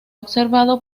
observado